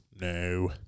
no